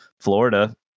Florida